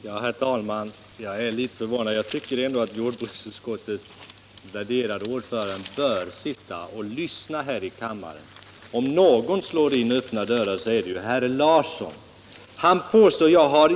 Herr talman! Jag är litet förvånad. Jag tycker ändå att jordbruksutskottets värderade ordförande bör sitta och lyssna här i kammaren. Om någon slår in öppna dörrar så är det herr Larsson i Borrby.